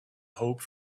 hope